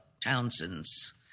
Townsend's